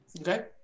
Okay